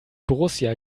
borussia